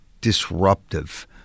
disruptive